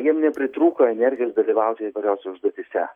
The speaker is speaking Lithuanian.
jiem nepritrūko energijos dalyvauti įvairiose užduotyse